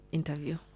Interview